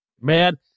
man